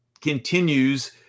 continues